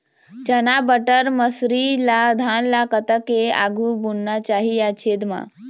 चना बटर मसरी ला धान ला कतक के आघु बुनना चाही या छेद मां?